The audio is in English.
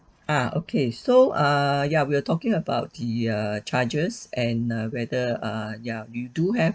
uh okay so err yeah we were talking about the uh charges and uh whether uh ya you do have